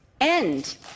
end